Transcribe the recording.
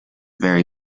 vary